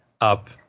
up